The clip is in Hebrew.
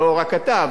לא רק אתה,